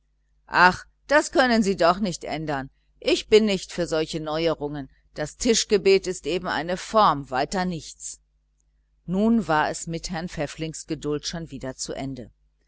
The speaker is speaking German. ach das können sie doch nicht ändern ich bin nicht für solche neuerungen das tischgebet ist eben eine form weiter nichts nun war es mit herrn pfäfflings geduld schon wieder zu ende